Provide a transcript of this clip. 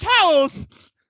towels